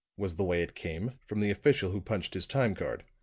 was the way it came, from the official who punched his time-card.